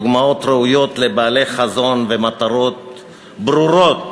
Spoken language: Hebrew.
דוגמאות ראויות לבעלי חזון ומטרות ברורות.